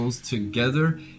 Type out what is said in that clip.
together